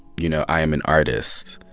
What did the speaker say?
you know, i am an artist.